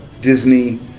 Disney